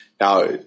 now